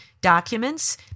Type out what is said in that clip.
documents